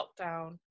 lockdown